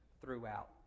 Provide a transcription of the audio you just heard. throughout